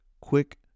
quick